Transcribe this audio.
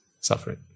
suffering